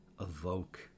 evoke